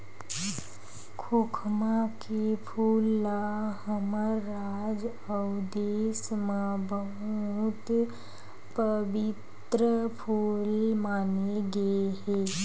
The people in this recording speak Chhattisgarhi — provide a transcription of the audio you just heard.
खोखमा के फूल ल हमर राज अउ देस म बहुत पबित्तर फूल माने गे हे